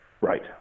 Right